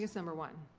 number one.